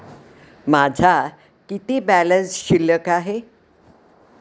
माझा किती बॅलन्स शिल्लक आहे?